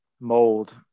mold